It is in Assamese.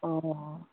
অঁ